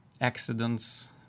accidents